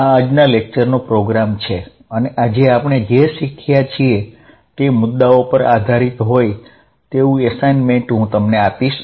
આ આજના વ્યાખ્યાનનો પ્રોગ્રામ છે અને આજે આપણે જે શીખીએ તે મુદાઓ પર આધારીત એસાઇન્મેન્ટ હું તમને આપીશ